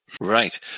Right